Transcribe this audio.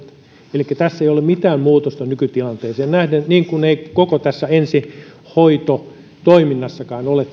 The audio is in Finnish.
elikkä tässä lain sisällössä ei ole mitään muutosta nykytilanteeseen nähden niin kuin ei koko tässä ensihoitotoiminnassakaan ole